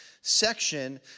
section